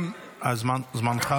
זמנך תם.